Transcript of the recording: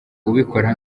ubikora